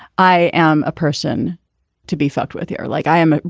i am a person to be fucked with air like i am.